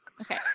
Okay